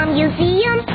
museum